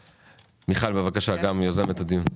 מיכל, בבקשה, גם יוזמת הדיון.